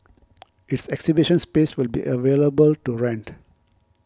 its exhibition space will be available to rent